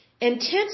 intense